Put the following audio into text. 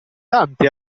dante